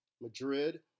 Madrid